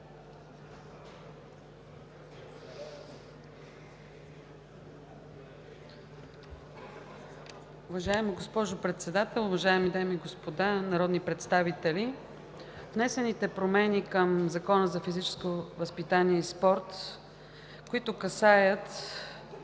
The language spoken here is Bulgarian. възпитание и спорта